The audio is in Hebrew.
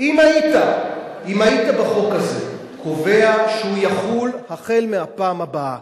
אם היית בחוק הזה קובע שהוא יחול החל מהפעם הבאה,